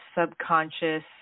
subconscious